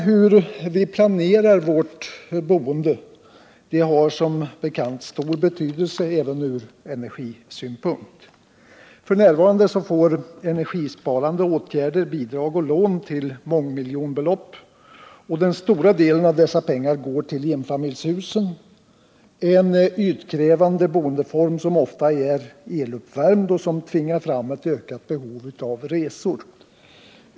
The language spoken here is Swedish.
Hur vi planerar vårt boende har som bekant stor betydelse även ur energisynpunkt. F.n. får energibesparande åtgärder bidrag och lån till mångmiljonbelopp, och den stora delen av dessa pengar går till enfamiljshusen, en ytkrävande boendeform som ofta är eluppvärmd och som tvingar fram ett ökat behov av resor.